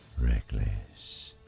reckless